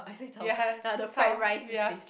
ya twelve ya